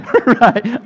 right